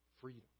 Freedom